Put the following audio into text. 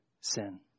sin